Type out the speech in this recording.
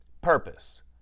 purpose